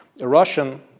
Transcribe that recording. Russian